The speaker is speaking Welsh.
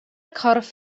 corff